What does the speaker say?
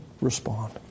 respond